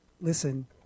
listen